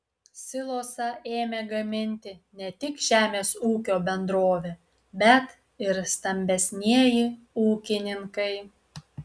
silosą ėmė gaminti ne tik žemės ūkio bendrovė bet ir stambesnieji ūkininkai